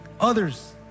Others